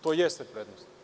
To jeste prednost.